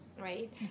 right